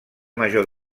major